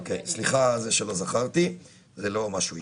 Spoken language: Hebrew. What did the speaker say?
סליחה שלא זכרתי, זה לא משהו אישי.